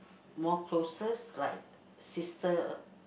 more closest like sister